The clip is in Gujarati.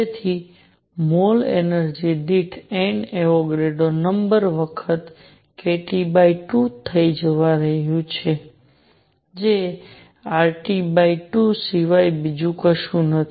તેથી મોલ એનર્જિ દીઠ N એવોગાડ્રો વખત kT2 થવા જઈ રહી છે જે RT2 સિવાય બીજું કશું નથી